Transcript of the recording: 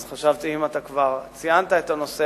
אז חשבתי שאם אתה כבר ציינת את הנושא,